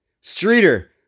Streeter